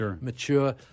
mature